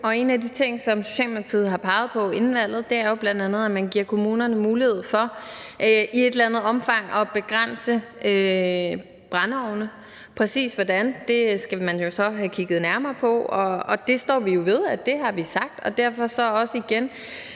Og en af de ting, som Socialdemokratiet har peget på inden valget, er jo bl.a., at man giver kommunerne mulighed for i et eller andet omfang at begrænse brændeovne – præcis hvordan, skal man jo så have kigget nærmere på – og det står vi ved at vi har sagt. Derfor er mit